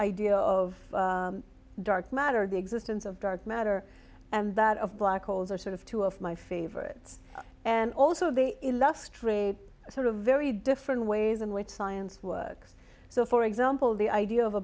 idea of dark matter the existence of dark matter and that of black holes are sort of two of my favorites and also the illustrious a sort of very different ways in which science works so for example the idea of a